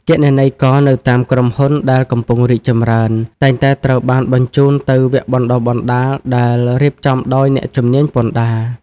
គណនេយ្យករនៅតាមក្រុមហ៊ុនដែលកំពុងរីកចម្រើន តែងតែត្រូវបានបញ្ជូនទៅវគ្គបណ្តុះបណ្តាលដែលរៀបចំដោយអ្នកជំនាញពន្ធដារ។